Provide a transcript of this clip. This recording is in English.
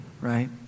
right